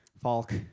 Falk